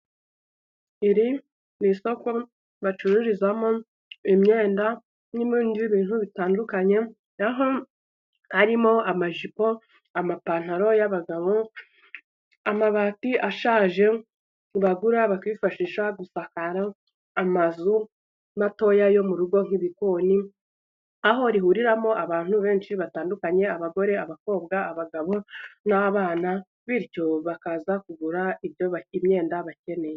Iri ni isoko bacururizamo imyenda n'ibindi bintu bitandukanye. Aho harimo amajipo, amapantaro y'abagabo, amabati ashaje bagura bakifashisha gusakara amazu matoya yo mu rugo nk'ibikoni. Aho rihuriramo abantu benshi batandukanye abagore, abakobwa, abagabo n'abana. Bityo bakaza kugura imyenda bakeneye.